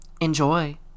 Enjoy